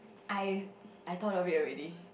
I I thought of it already